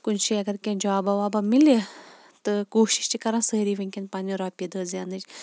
کُنہِ جایہِ اَگَر کینٛہہ جابا وابا مِلہِ تہٕ کوٗشِش چھِ کَران سٲری وٕنکٮ۪ن پَننہِ رۄپیہِ دہ زیننٕچ